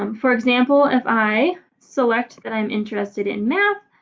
um for example if i select that i'm interested in math,